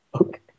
Okay